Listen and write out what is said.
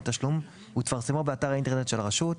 תשלום ותפרסמו באתר האינטרנט של הרשות,